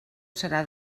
serà